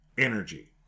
energy